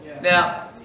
Now